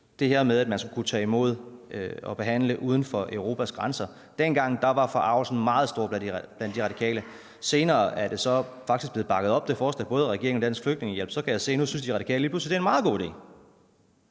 det her med, at man skulle kunne tage imod og behandle asylansøgninger uden for Europas grænser. Dengang var forargelsen meget stor i De Radikale. Senere er det forslag faktisk blevet bakket op af både regeringen og Dansk Flygtningehjælp, og så kan jeg se, at nu synes De Radikale lige pludselig, det er en meget god idé.